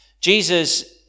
Jesus